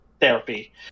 therapy